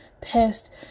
Pissed